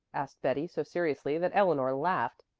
asked betty so seriously that eleanor laughed.